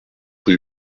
rue